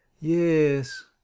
Yes